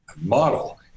model